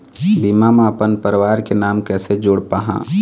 बीमा म अपन परवार के नाम कैसे जोड़ पाहां?